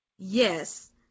Yes